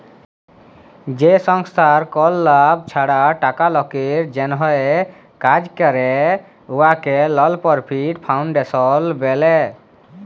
যে সংস্থার কল লাভ ছাড়া টাকা লকের জ্যনহে কাজ ক্যরে উয়াকে লল পরফিট ফাউল্ডেশল ব্যলে